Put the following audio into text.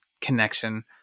connection